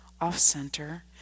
off-center